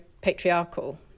patriarchal